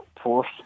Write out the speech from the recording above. force